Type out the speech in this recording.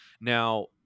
Now